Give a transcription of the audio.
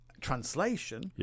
translation